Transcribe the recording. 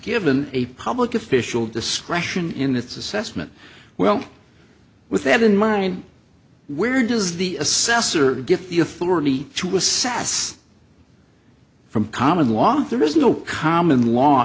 given a public official discretion in its assessment well with that in mind where does the assessor get the authority to assess from common law there is no common law